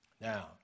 Now